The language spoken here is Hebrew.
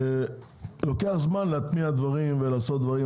לוקח זמן להטמיע דברים ולעשות דברים,